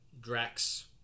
Drax